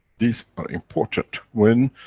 these are important. when,